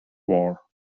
war